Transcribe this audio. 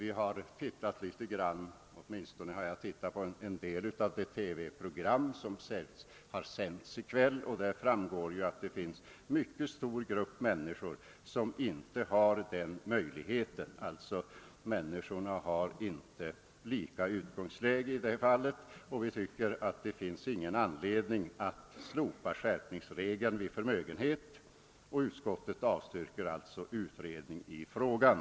Jag har i kväll tittat på en del av ett TV-program, av vilket framgick att en mycket stor grupp människor inte har någon möjlighet att spara. Alla människor har alltså inte samma utgångsläge, och vi tycker inte det finns någon anledning att slopa skärpningsregeln vid förmögenhet. Utskottet avstyrker därför kravet på utredning av frågan.